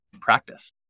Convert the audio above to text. practice